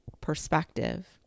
perspective